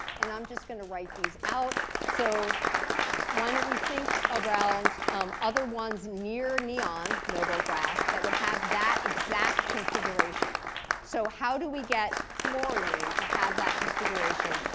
and i'm just going to write these out. so when we think around other ones near neon, noble gas, that would have that exact configuration so how do we get flourine to have that configuration?